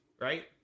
right